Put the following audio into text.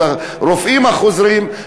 או לרופאים החוזרים,